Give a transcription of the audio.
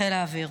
בחיל האוויר.